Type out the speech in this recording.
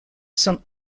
sont